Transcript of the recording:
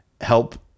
Help